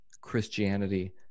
Christianity